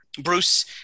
Bruce